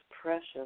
precious